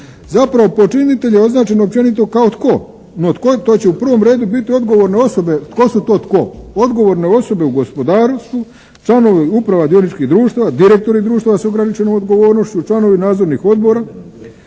Zapravo počinitelj je označen općenito kao tko? No tko, to će u prvom redu biti odgovorne osobe. Tko su to tko? Odgovorne osobe u gospodarstvu, članovi uprava dioničkih društava, direktori društva s ograničenom odgovornošću, članovi nadzornih odbora